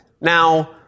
Now